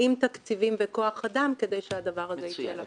עם תקציבים וכוח אדם כדי שהדבר הזה ייצא לפועל.